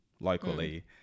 locally